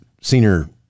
senior